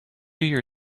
your